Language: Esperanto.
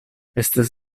estas